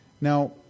Now